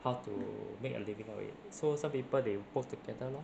how to make a living out of it so some people they work together lor